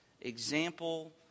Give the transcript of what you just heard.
example